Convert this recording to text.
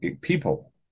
people